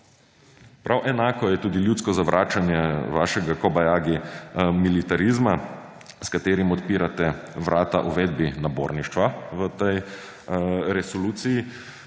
Prav enako je tudi ljudsko zavračanje vašega kobajagi militarizma, s katerim odpirate vrata uvedbi naborništva v tej resoluciji,